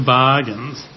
bargains